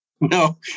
No